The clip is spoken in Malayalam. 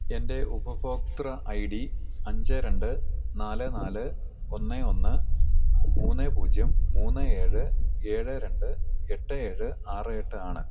എൻ്റെ ഉപഭോക്തൃ ഐ ഡി അഞ്ച് രണ്ട് നാല് നാല് ഒന്ന് ഒന്ന് മൂന്ന് പൂജ്യം മൂന്ന് ഏഴ് ഏഴ് രണ്ട് എട്ട് ഏഴ് ആറ് എട്ട് ആണ്